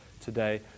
today